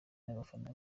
n’abafana